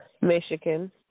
Michigan